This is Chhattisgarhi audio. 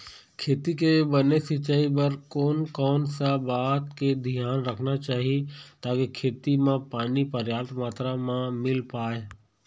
खेती के बने सिचाई बर कोन कौन सा बात के धियान रखना चाही ताकि खेती मा पानी पर्याप्त मात्रा मा मिल पाए?